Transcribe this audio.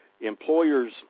employers